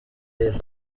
elie